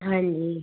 ਹਾਂਜੀ